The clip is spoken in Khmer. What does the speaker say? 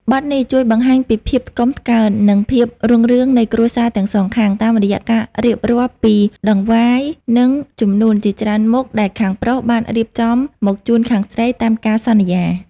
បទនេះជួយបង្ហាញពីភាពថ្កុំថ្កើង និងភាពរុងរឿងនៃគ្រួសារទាំងសងខាង តាមរយៈការរៀបរាប់ពីដង្វាយ និងជំនូនជាច្រើនមុខដែលខាងប្រុសបានរៀបចំមកជូនខាងស្រីតាមការសន្យា។